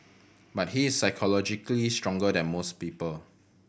but he is psychologically stronger than most people